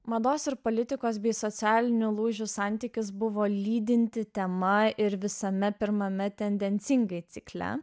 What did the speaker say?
mados ir politikos bei socialinių lūžių santykis buvo lydinti tema ir visame pirmame tendencingai cikle